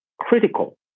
critical